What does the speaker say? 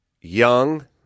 young